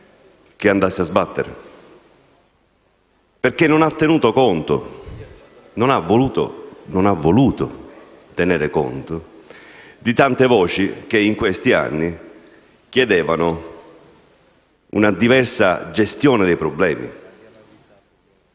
che andasse a sbattere, perché non ha voluto tenere conto delle tante voci che in questi anni chiedevano una diversa gestione dei problemi: